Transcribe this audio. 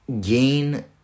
gain